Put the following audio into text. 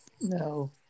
No